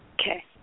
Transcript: Okay